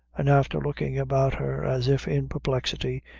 and after looking about her as if in perplexity,